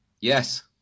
Yes